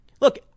Look